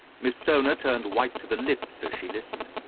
miss stoner turned white to the lips as she listened.